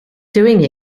doing